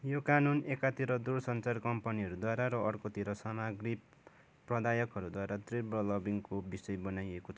यो कानुन एकातिर दूरसञ्चार कम्पनीहरूद्वारा र अर्कोतिर सामग्री प्रदायकहरूद्वारा तीव्र लबिङको विषय बनाइएको छ